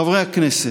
חברי הכנסת,